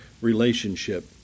relationship